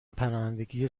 پناهندگی